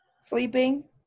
Sleeping